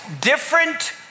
different